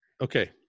Okay